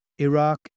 Iraq